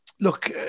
Look